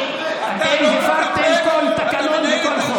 ממתי מפריע לך שקוראים לך מחבל?